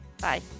Bye